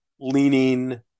leaning